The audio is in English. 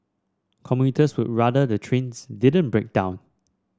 commuters would rather the trains didn't break down